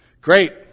Great